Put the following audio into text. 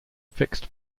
fixed